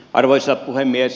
arvoisa puhemies